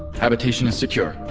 habitation is secure.